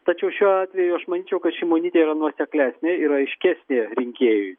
tačiau šiuo atveju aš manyčiau kad šimonytė yra nuoseklesnė yra aiškesnė rinkėjui